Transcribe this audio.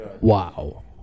Wow